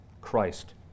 Christ